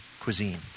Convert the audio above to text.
cuisine